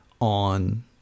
on